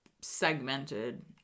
segmented